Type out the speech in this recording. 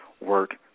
work